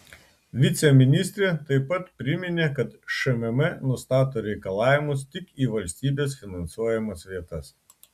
viceministrė taip pat priminė kad šmm nustato reikalavimus tik į valstybės finansuojamas vietas